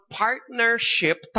partnership